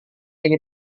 ini